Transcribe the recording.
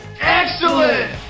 Excellent